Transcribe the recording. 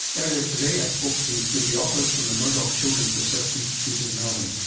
earlier today i spoke to two of the authors from the murdoch children's research institute in melbourne,